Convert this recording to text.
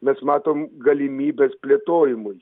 mes matom galimybes plėtojimui